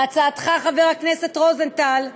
בהצעתך, חבר הכנסת רוזנטל,